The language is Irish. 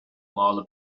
mála